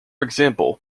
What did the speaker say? example